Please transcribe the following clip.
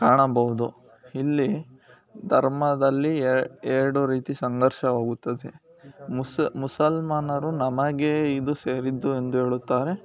ಕಾಣಬಹುದು ಇಲ್ಲಿ ಧರ್ಮದಲ್ಲಿ ಎ ಎರಡು ರೀತಿ ಸಂಘರ್ಷವಾಗುತ್ತದೆ ಮುಸ ಮುಸಲ್ಮಾನರು ನಮಗೆ ಇದು ಸೇರಿದ್ದು ಎಂದು ಹೇಳುತ್ತಾರೆ